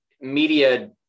media